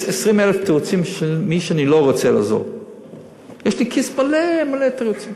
יש לי בכיס עשרים אלף תירוצים של מי שאני לא רוצה לעזור לו.